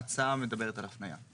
ההצעה מדברת על הפניה.